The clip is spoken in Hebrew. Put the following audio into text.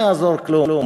לא יעזור כלום,